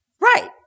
Right